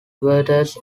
veritas